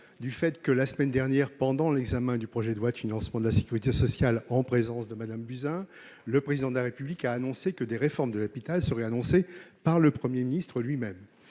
En effet, la semaine dernière, pendant l'examen du projet de loi de financement de la sécurité sociale pour 2020, en présence de Mme Buzyn, le Président de la République a annoncé que des réformes de l'hôpital seraient annoncées par M. le Premier ministre lui-même.